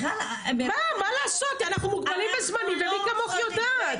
מה לעשות, אנחנו מוגבלים בזמן, ומי כמוך יודעת.